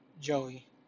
Joey